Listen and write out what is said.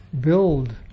build